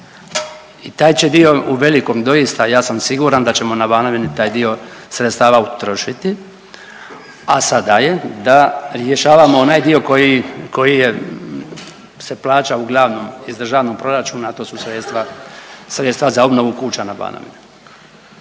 i taj će dio u velikom doista, ja sam siguran da ćemo na Banovini taj dio sredstava utrošiti, a sada je da rješavamo onaj dio koji je, koji se plaća uglavnom iz državnog proračuna, a to su sredstva za obnovu kuća na Banovini.